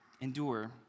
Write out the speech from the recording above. endure